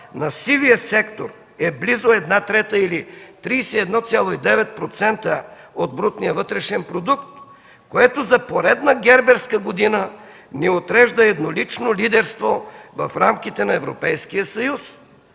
на сивия сектор, е близо една трета или 31,9% от брутния вътрешен продукт, което за поредна герберска година ни отрежда еднолично лидерство в рамките на Европейския съюз.